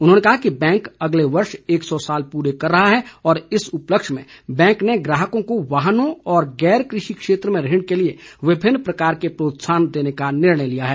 उन्होंने कहा कि बैंक अगले वर्ष एक सौ साल पूरे कर रहा है और इस उपलक्ष्य में बैंक ने ग्राहकों को वाहनों और गैर कृषि क्षेत्र में ऋण के लिए विभिन्न प्रकार के प्रोत्साहन देने का निर्णय लिया है